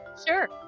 sure.